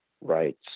Right